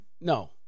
No